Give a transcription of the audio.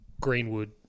Greenwood